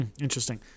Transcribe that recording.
Interesting